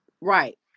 Right